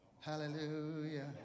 Hallelujah